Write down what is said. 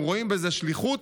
הם רואים בזה שליחות.